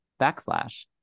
backslash